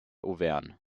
auvergne